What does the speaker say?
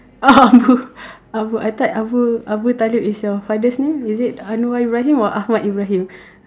oh abu abu I thought abu-talok is your father's name is it anwar-ibrahim or ahmad-ibrahim